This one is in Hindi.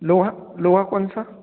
लोहा लोहा कौन सा